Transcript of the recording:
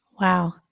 Wow